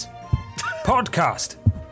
podcast